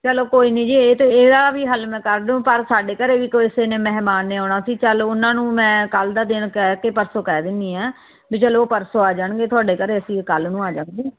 ਚਲੋ ਕੋਈ ਨਹੀਂ ਜੀ ਇਹ ਤਾਂ ਇਹਦਾ ਵੀ ਹੱਲ ਮੈਂ ਕਰ ਦੂੰ ਪਰ ਸਾਡੇ ਘਰ ਵੀ ਕਿਸੇ ਨੇ ਮਹਿਮਾਨ ਨੇ ਆਉਣਾ ਸੀ ਚੱਲ ਉਹਨਾਂ ਨੂੰ ਮੈਂ ਕੱਲ੍ਹ ਦਾ ਦਿਨ ਕਹਿ ਕੇ ਪਰਸੋਂ ਕਹਿ ਦਿੰਦੀ ਹਾਂ ਵੀ ਚਲੋ ਉਹ ਪਰਸੋਂ ਆ ਜਾਣਗੇ ਤੁਹਾਡੇ ਘਰ ਅਸੀਂ ਕੱਲ੍ਹ ਨੂੰ ਆ ਜਾਵਾਂਗੇ